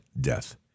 death